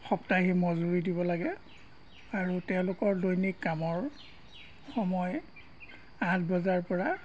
সাপ্তাহিক মজুৰি দিব লাগে আৰু তেওঁলোকৰ দৈনিক কামৰ সময় আঠ বজাৰ পৰা